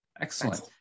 Excellent